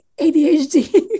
adhd